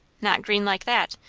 not green like that.